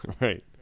right